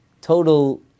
total